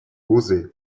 узы